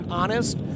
honest